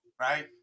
right